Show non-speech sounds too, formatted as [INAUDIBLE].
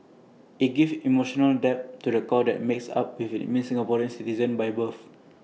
IT gives emotional depth [NOISE] to the core that makes up with IT means Singaporean citizens by birth